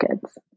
kids